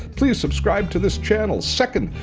please subscribe to this channel. second,